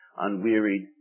unwearied